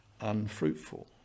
unfruitful